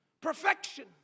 perfection